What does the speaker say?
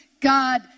God